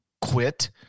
quit